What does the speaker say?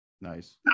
Nice